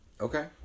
Okay